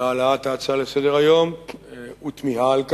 להעלאת ההצעה לסדר-היום והביעה תמיהה על כך.